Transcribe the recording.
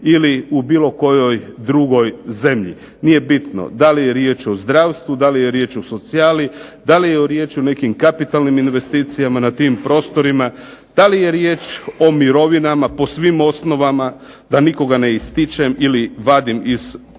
ili u bilo kojoj drugoj zemlji. Nije bitno da li je riječ o zdravstvu, da li je riječ o socijali, da li je riječ o nekim kapitalnim investicijama na tim prostorima, da li je riječ o mirovinama po svim osnovama da nikoga ne ističem ili vadim iz tog pojma,